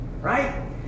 Right